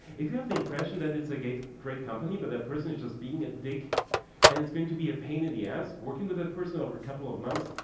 if you have the impression that it's a great great company but that person is just being a dick and it's going to be a pain in the ass working with that person over a couple of months,